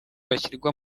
bashyirwa